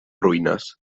ruïnes